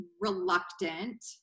reluctant